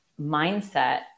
mindset